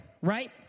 right